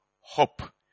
hope